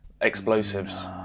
explosives